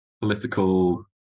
political